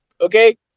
okay